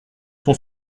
son